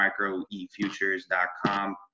microefutures.com